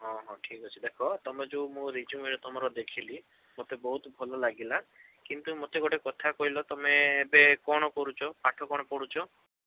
ହଁ ହଁ ଠିକ୍ ଅଛି ଦେଖ ତମେ ଯେଉଁ ମୁଁ ରେଜୁମେ ତମର ଦେଖିଲି ମୋତେ ବହୁତ ଭଲ ଲାଗିଲା କିନ୍ତୁ ମୋତେ ଗୋଟେ କଥା କହିଲ ତମେ ଏବେ କ'ଣ କରୁଛ ପାଠ କ'ଣ ପଢ଼ୁଛ